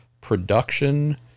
production